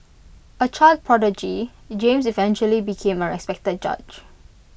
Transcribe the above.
A child prodigy James eventually became A respected judge